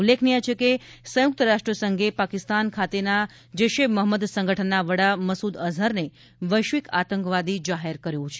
ઉલ્લેખનીય છે કે સંયુક્ત રાષ્ટ્રસંઘે પાકિસ્તાન ખાતેના જૈશ એ મહંમદ સંગઠનના વડા મસૂદ અઝહરને વૈશ્વિક આતંકવાદી જાહેર કર્યો છે